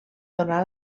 donà